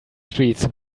streets